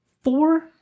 Four